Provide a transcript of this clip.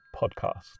Podcast